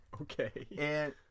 Okay